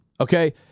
Okay